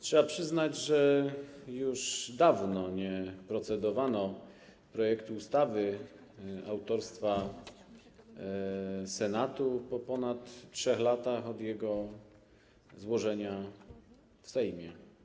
Trzeba przyznać, że już dawno nie procedowano nad projektem ustawy autorstwa Senatu po ponad 3 latach od jego złożenia w Sejmie.